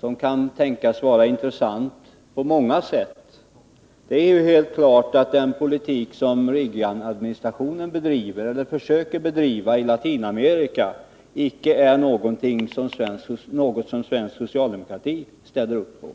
som kan tänkas vara intressant på många sätt. Det är helt klart att den politik som Reaganadministrationen försöker bedriva i Latinamerika inte är något som svensk socialdemokrati ställer upp på.